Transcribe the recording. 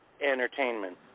entertainment